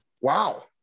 wow